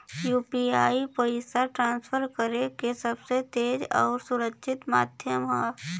UPI पइसा transfer करे क सबसे तेज आउर सुरक्षित माध्यम हौ